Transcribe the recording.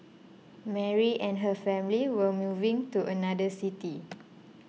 Mary and her family were moving to another city